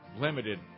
limited